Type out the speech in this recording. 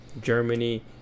Germany